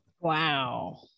Wow